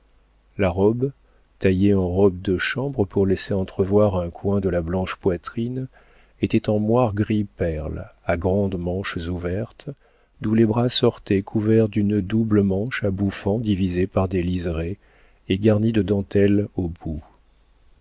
la robe taillée en robe de chambre pour laisser entrevoir un coin de la blanche poitrine était en moire gris perle à grandes manches ouvertes d'où les bras sortaient couverts d'une double manche à bouffants divisés par des lisérés et garnie de dentelles au bout